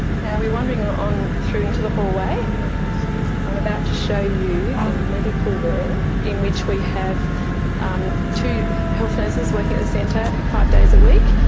now we are wandering um on through into the hallway and i'm about to show you the medical room in which we have um two health nurses working at the centre five days a week,